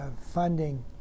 funding